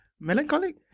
Melancholic